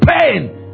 pain